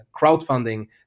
crowdfunding